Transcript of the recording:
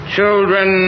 Children